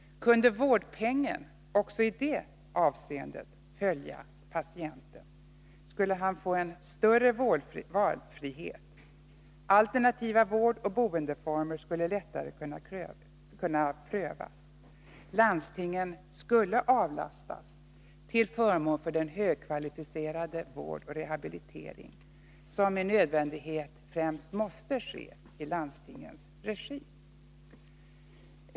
Kunde vårdpengen också i det avseendet följa patienten, skulle han få en större valfrihet. Alternativa vårdoch boendeformer skulle lättare kunna prövas. Landstingen skulle avlastas till förmån för den högkvalificerade vård och rehabilitering som med nödvändighet främst måste ske i landstingens regi.